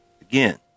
Again